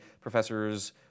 professor's